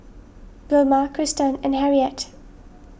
Vilma Kristan and Harriet